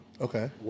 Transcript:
Okay